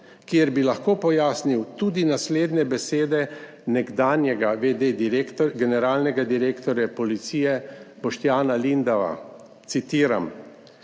kjer bi lahko pojasnil tudi naslednje besede nekdanjega v. d. direktor..., generalnega direktorja policije Boštjana Lindava, citiram: